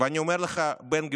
אני אומר לך, בן גביר,